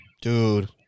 Dude